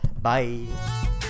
Bye